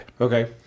Okay